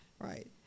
right